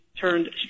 turned